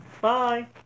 Bye